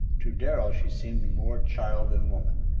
to darrell she seemed more child than woman,